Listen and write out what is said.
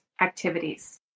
activities